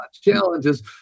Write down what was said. challenges